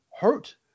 hurt